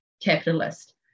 capitalist